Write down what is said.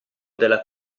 della